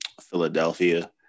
Philadelphia